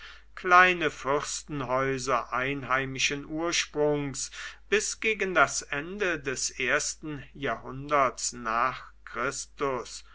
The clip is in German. kleine fürstenhäuser einheimischen ursprungs bis gegen das ende des ersten jahrhunderts n chr